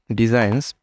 designs